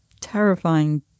terrifying